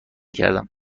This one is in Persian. کردم